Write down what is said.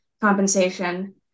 compensation